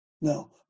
No